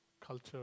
Culture